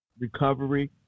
recovery